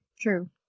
True